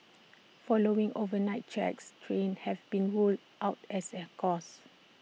following overnight checks trains have been ruled out as A cause